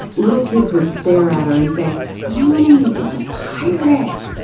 little kids would stare at her and say mummy, it's a pirate.